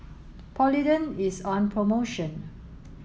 Polident is on promotion